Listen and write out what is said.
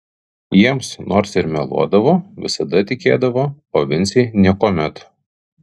jiems nors ir meluodavo visada tikėdavo o vincei niekuomet